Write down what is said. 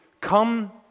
come